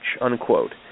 unquote